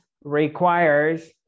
requires